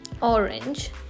orange